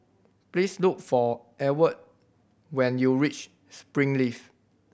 please look for Ewald when you reach Springleaf